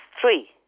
three